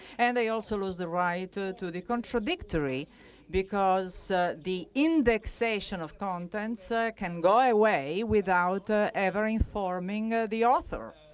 and they also lose the right ah to be contradictory because the indexation of contents ah can go away without ah every informing ah the author.